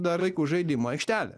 dar vaikų žaidimų aikštelė